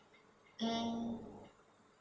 mm